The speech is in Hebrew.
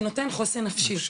שנותן חוסן נפשי.